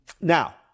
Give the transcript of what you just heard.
Now